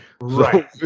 Right